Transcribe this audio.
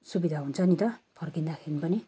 सुविधा हुन्छ नि त फर्किँदाखेरि पनि